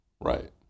Right